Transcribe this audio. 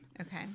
Okay